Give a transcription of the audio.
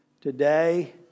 today